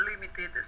limited